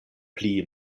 pli